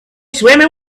swimming